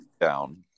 down